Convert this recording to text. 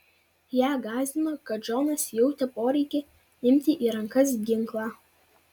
ją gąsdino kad džonas jautė poreikį imti į rankas ginklą